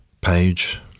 page